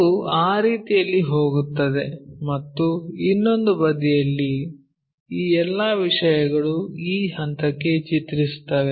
ಅದು ಆ ರೀತಿಯಲ್ಲಿ ಹೋಗುತ್ತದೆ ಮತ್ತು ಇನ್ನೊಂದು ಬದಿಯಲ್ಲಿರುವ ಈ ಎಲ್ಲಾ ವಿಷಯಗಳು ಈ ಹಂತಕ್ಕೆ ಚಿತ್ರಿಸುತ್ತವೆ